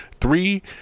three